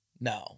no